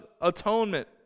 atonement